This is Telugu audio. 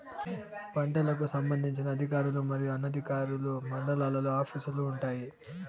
పంటలకు సంబంధించిన అధికారులు మరియు అనధికారులు మండలాల్లో ఆఫీస్ లు వుంటాయి?